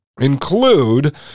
include